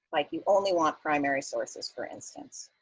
like you only want primary sources, for instance.